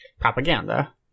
propaganda